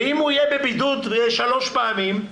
ואם הוא יהיה בבידוד שלוש פעמים,